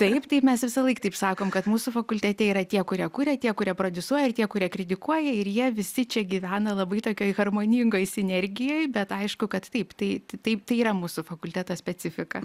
taip tai mes visąlaik taip sakom kad mūsų fakultete yra tie kurie kuria tie kurie prodiusuoja ir tie kurie kritikuoja ir jie visi čia gyvena labai tokioj harmoningoj sinergijoj bet aišku kad taip tai taip tai yra mūsų fakulteto specifika